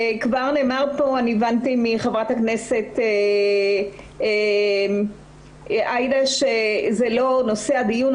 הבנתי כבר מחברת הכנסת תומא סלימאן שזה לא נושא הדיון,